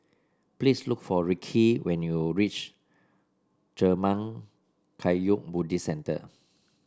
please look for Rickey when you reach Zurmang Kagyud Buddhist Centre